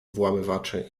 włamywaczy